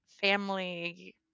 family